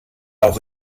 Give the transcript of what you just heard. auch